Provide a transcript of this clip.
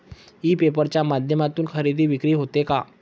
E paper च्या माध्यमातून खरेदी विक्री होते का?